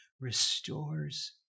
restores